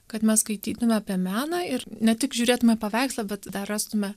kad mes skaitytume apie meną ir ne tik žiūrėtume paveikslą bet dar rastume